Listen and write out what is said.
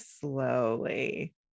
slowly